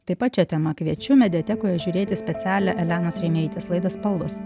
taip pat šia tema kviečiu mediatekoje žiūrėti specialią elenos reimerytės laidą spalvos